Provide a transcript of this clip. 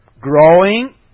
growing